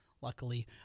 luckily